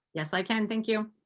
yes, i can. thank you.